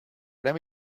let